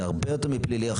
זה הרבה יותר מפלילי,